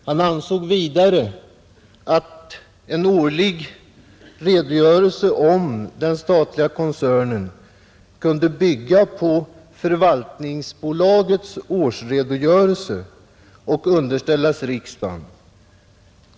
Han ansåg vidare att en årlig redogörelse för den statliga koncernen kunde bygga på förvaltningsbolagets årsredogörelse och underställas riksdagen.